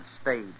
stayed